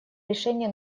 решения